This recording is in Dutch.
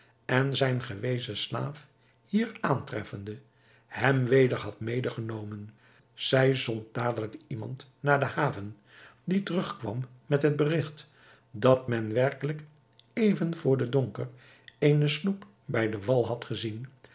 en zijn gewezen slaaf hier aantreffende hem weder had medegenomen zij zond dadelijk iemand naar de haven die terugkwam met het berigt dat men werkelijk even vr den donker eene sloep bij den wal had gezien